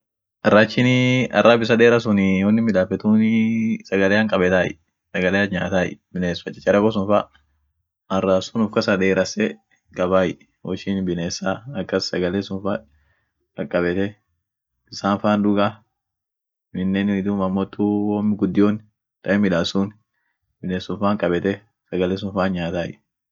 Raachini arrab issa sun deera sunii wonin midafeetunii sagalean kabetay, sagalean nyaatay, biness chachareko sun fa, arrab sun ufkasa derasse kaabay woishin binessa akas sagale sun fa kakabete bisan faan duuga aminen duum ammotu won gudion ta in midasun binessun faan kabete sagale sun fan nyaatay.